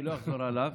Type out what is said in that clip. אני לא אחזור עליו.